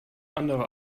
andere